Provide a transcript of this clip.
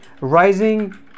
rising